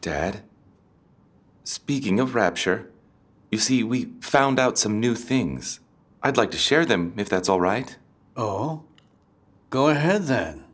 dad speaking of rapture you see we found out some new things i'd like to share them if that's all right oh go ahead